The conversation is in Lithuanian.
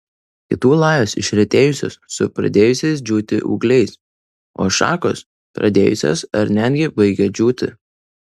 kitų lajos išretėjusios su pradėjusiais džiūti ūgliais o šakos pradėjusios ar netgi baigia džiūti